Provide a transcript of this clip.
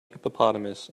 hippopotamus